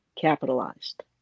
capitalized